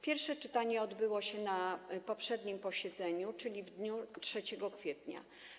Pierwsze czytanie odbyło się na poprzednim posiedzeniu, czyli w dniu 3 kwietnia.